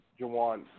Juwan